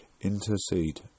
intercede